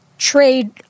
trade